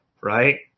right